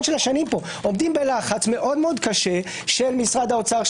השנים פה עומדים בלחץ מאוד קשה של משרד האוצר,